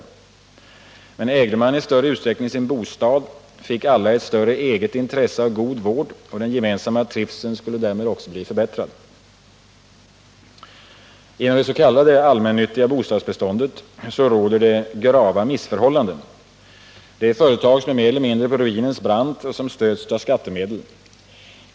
Ägde Tisdagen den man i större utsträckning sin bostad fick alla ett större eget intresse av god 16 januari 1979 vård, och den gemensamma trivseln skulle därmed också bli förbättrad. Inom det s.k. allmännyttiga bostadsbeståndet råder grava missförhållanden. Dessa företag är mer eller mindre på ruinens brant och stöds av skattemedel.